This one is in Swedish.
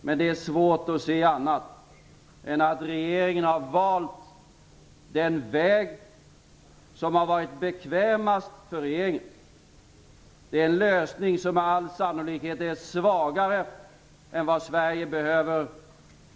Men det är svårt att se annat än att regeringen har valt den väg som har varit bekvämast för regeringen. Det är en lösning som med all sannolikhet är svagare än vad Sverige behöver.